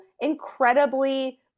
incredibly